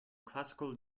classical